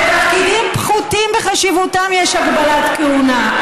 לתפקידים פחותים בחשיבותם יש הגבלת כהונה,